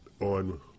on